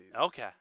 okay